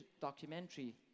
documentary